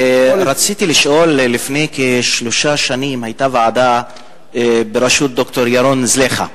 רציתי לשאול: לפני כשלוש שנים היתה ועדה בראשות ד"ר ירון זליכה.